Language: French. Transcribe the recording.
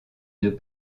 deux